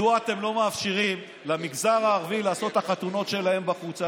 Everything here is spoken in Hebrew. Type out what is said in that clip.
מדוע אתם לא מאפשרים למגזר הערבי לעשות את החתונות שלהם בחוץ?